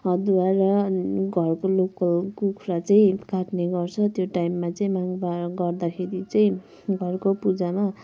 अदुवा र घरको लोकल कुखरा चाहिँ काट्ने गर्छ त्यो टाइममा चाहिँ माङ्पा गर्दाखेरि चाहिँ घरको पूजामा